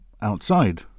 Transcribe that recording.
outside